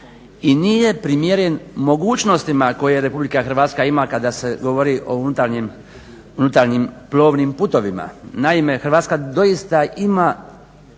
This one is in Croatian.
i nije primjeren mogućnostima koje RH ima kada se govori o unutarnjim plovnim putovima. Naime, Hrvatska doista ima